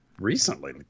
recently